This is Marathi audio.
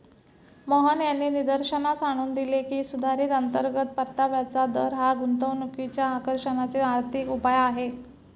मोहन यांनी निदर्शनास आणून दिले की, सुधारित अंतर्गत परताव्याचा दर हा गुंतवणुकीच्या आकर्षणाचे आर्थिक उपाय आहे